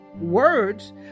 words